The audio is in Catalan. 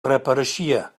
reapareixia